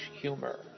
humor